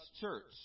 church